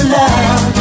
love